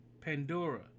Pandora